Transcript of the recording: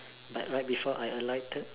but right before I alighted